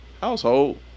household